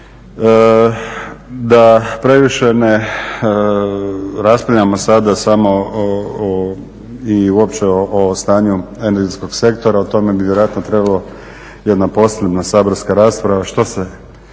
Da, previše ne raspravljamo sada samo o, i uopće o stanju energetskog sektora, o tome bi vjerojatno trebalo jedna posebna saborska rasprava što se